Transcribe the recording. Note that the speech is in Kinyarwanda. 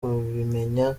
kubimenya